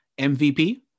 MVP